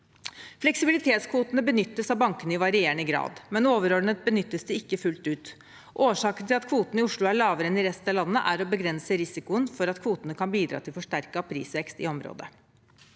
Fleksibilitetskvotene benyttes av bankene i varierende grad, men overordnet benyttes de ikke fullt ut. Årsaken til at kvoten i Oslo er lavere enn i resten av landet, er at man vil begrense risikoen for at kvotene kan bidra til forsterket prisvekst i området.